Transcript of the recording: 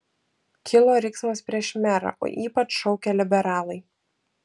kilo riksmas prieš merą o ypač šaukė liberalai